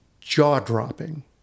jaw-dropping